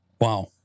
wow